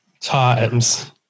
times